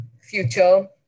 future